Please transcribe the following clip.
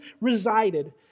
resided